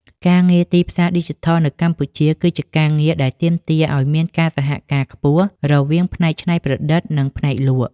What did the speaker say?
ការងារទីផ្សារឌីជីថលនៅកម្ពុជាគឺជាការងារដែលទាមទារឱ្យមានការសហការខ្ពស់រវាងផ្នែកច្នៃប្រឌិត និងផ្នែកលក់។